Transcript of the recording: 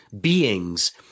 beings